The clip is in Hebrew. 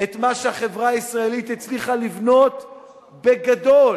את מה שהחברה הישראלית הצליחה לבנות בגדול,